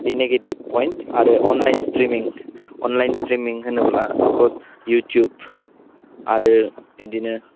बे negative point आरो online streaming online streaming होनोब्ला साफस इउटुब आरो बिदिनो